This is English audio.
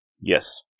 Yes